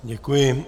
Děkuji.